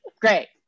Great